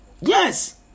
Yes